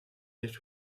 nicht